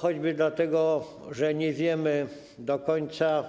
Choćby dlatego, że nie wiemy do końca,